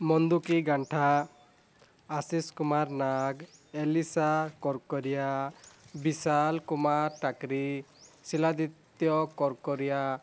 ମନ୍ଦୁକି ଗାଁଠା ଆଶିଷ କୁମାର ନାଗ୍ ଏଲିସା କରକରିଆ ବିଶାଳ କୁମାର ଟାକ୍ରି ସିଲାଦିତ୍ୟ କରକରିଆ